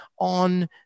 on